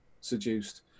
seduced